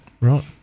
Right